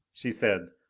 she said,